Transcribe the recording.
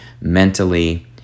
mentally